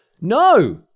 No